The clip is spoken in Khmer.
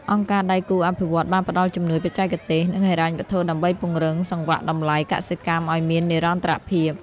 អង្គការដៃគូអភិវឌ្ឍន៍បានផ្ដល់ជំនួយបច្ចេកទេស និងហិរញ្ញវត្ថុដើម្បីពង្រឹងសង្វាក់តម្លៃកសិកម្មឱ្យមាននិរន្តរភាព។